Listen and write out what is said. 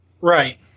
right